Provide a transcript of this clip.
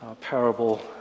parable